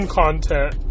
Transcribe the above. content